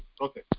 Okay